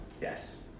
Yes